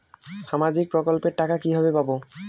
সামাজিক প্রকল্পের টাকা কিভাবে পাব?